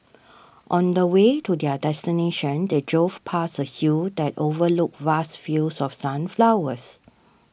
on the way to their destination they drove past a hill that overlooked vast fields of sunflowers